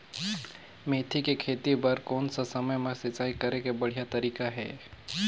मेथी के खेती बार कोन सा समय मां सिंचाई करे के बढ़िया तारीक हे?